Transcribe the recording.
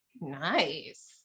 Nice